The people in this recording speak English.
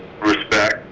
Respect